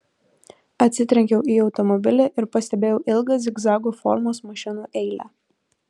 atsitrenkiau į automobilį ir pastebėjau ilgą zigzago formos mašinų eilę